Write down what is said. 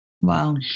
Wow